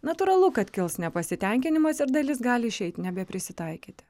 natūralu kad kils nepasitenkinimas ir dalis gali išeiti nebeprisitaikyti